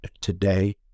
Today